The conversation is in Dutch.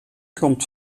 komt